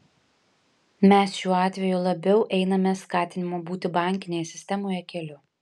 mes šiuo atveju labiau einame skatinimo būti bankinėje sistemoje keliu